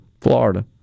Florida